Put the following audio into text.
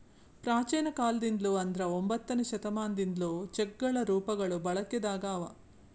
ಪ್ರಾಚೇನ ಕಾಲದಿಂದ್ಲು ಅಂದ್ರ ಒಂಬತ್ತನೆ ಶತಮಾನದಿಂದ್ಲು ಚೆಕ್ಗಳ ರೂಪಗಳು ಬಳಕೆದಾಗ ಅದಾವ